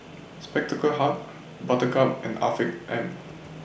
Spectacle Hut Buttercup and Afiq M